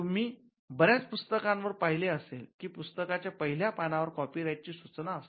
तुम्ही बऱ्याच पुस्तकांवर पाहिले असेल की पुस्तकांच्या पहिल्या पानांवर कॉपीराईट ची सूचना असते